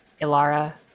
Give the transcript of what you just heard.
ilara